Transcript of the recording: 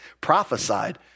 prophesied